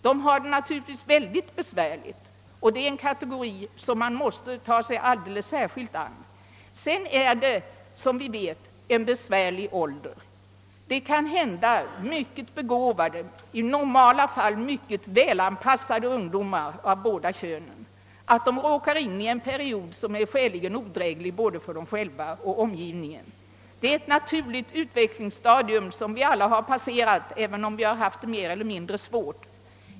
De har det naturligtvis mycket besvärligt. Den kategorin måste vi ta oss an alldeles särskilt. Sedan har vi som bekant också ungdomar i besvärlig ålder. Det kan inträffa att mycket begåvade och i normala fall mycket välanpassade ungdomar av båda könen råkar in i en period under vilken de är skäligen odrägliga för både sig själva och omgivningen. Detta är ett naturligt utvecklingsstadium, som vi alla har passerat, även om vi har haft det mer eller mindre svårt.